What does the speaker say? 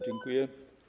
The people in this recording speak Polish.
Dziękuję.